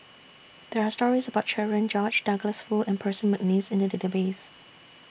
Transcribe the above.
There Are stories about Cherian George Douglas Foo and Percy Mcneice in The Database